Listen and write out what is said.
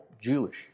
Jewish